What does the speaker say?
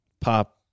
pop